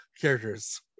characters